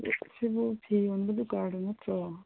ꯁꯤꯕꯨ ꯐꯤ ꯌꯣꯟꯕ ꯗꯨꯀꯥꯟꯗꯣ ꯅꯠꯇ꯭ꯔꯣ